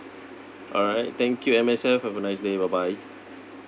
uh thank you M_S_F have a nice day bye bye